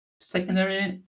Secondary